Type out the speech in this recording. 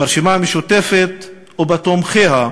ברשימה המשותפת, ולתומכיה,